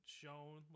shown